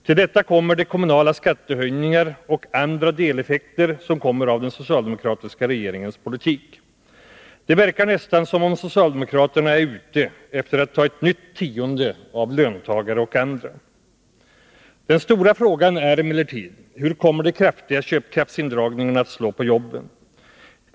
Till detta kommer de kommunala skattehöjningar och andra deleffekter som följer av den socialdemokratiska regeringens politik. Det verkar nästan som om socialdemokraterna är ute efter att ta ett nytt tionde av löntagare och andra. Den stora frågan är emellertid: Hur kommer de kraftiga köpkraftsindragningarna att slå på jobben?